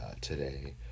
today